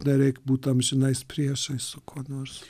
nereik būt amžinais priešais su kuo nors